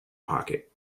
pocket